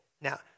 Now